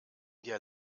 dir